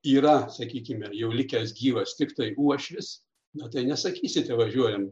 yra sakykime jau likęs gyvas tiktai uošvis na tai nesakysite važiuojam